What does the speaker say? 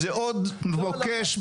זה לא עניין של איום.